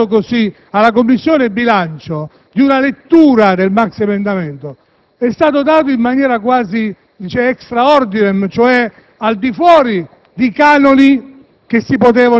nel momento in cui si presenta un maxiemendamento al Senato, per il fatto che sullo stesso vi sia la fiducia, qualsiasi tipo di verifica sia preclusa,